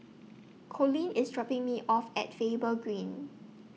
Colleen IS dropping Me off At Faber Green